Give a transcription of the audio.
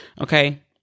Okay